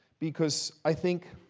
because i think